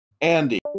Andy